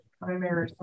primary